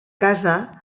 casa